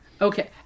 Okay